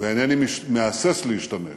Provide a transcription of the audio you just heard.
ואינני מהסס להשתמש